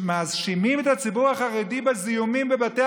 מאשימים את הציבור החרדי בזיהומים בבתי